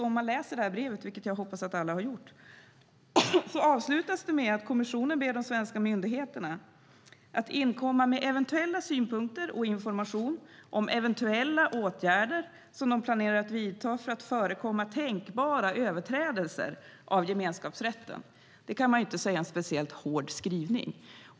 Om man läser brevet, vilket jag hoppas att alla har gjort, ser man att det avslutas med att kommissionen ber de svenska myndigheterna att inkomma med eventuella synpunkter och information om eventuella åtgärder som de planerar att vidta för att förekomma tänkbara överträdelser av gemenskapsrätten. Man kan inte säga att det är en speciellt hård skrivning.